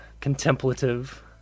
contemplative